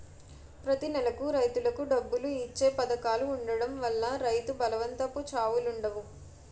ప్రతి నెలకు రైతులకు డబ్బులు ఇచ్చే పధకాలు ఉండడం వల్ల రైతు బలవంతపు చావులుండవు